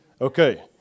Okay